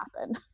happen